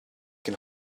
can